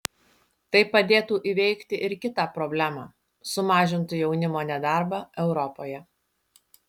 tai padėtų įveikti ir kitą problemą sumažintų jaunimo nedarbą europoje